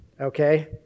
okay